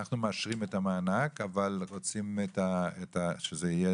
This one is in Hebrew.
אנחנו מאשרים את המענק אבל רוצים שזה יהיה